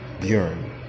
Buren